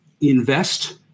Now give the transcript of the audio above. invest